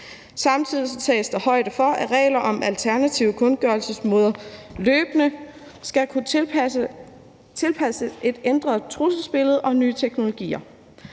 Samtidig tages der højde for, at regler om alternative kundgørelsesmåder løbende skal kunne tilpasses et ændret trusselsbillede og nye teknologier.